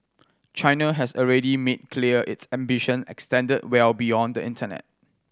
China has already made clear its ambition extend well beyond the internet